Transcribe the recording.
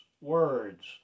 words